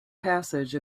passage